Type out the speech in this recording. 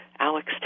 Alex